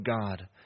God